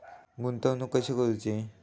गुंतवणूक कशी करूची?